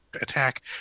attack